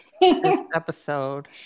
episode